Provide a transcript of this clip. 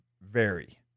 vary